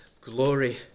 glory